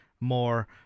more